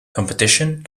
competition